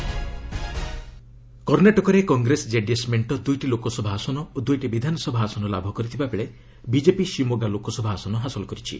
Karnataka election କର୍ଣ୍ଣାଟକରେ Congress JDS ମେଣ୍ଟ ଦୁଇଟି ଲୋକସଭା ଆସନ ଓ ଦୂଇଟି ବିଧାନସଭା ଆସନ ଲାଭ କରିଥିବାବେଳେ ବିଜେପି ସିମୋଗା ଲୋକସଭା ଆସନ ହାସଲ କରିଛି